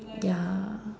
ya